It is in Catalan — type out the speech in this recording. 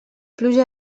pluja